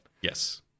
yes